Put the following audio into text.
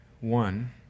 One